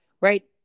Right